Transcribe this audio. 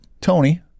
Tony